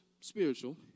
spiritual